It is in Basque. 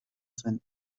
zen